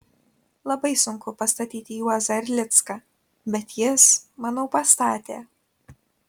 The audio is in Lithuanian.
labai sunku pastatyti juozą erlicką bet jis manau pastatė